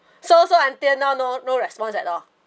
so so until now no no response at all